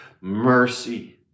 mercy